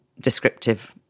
descriptive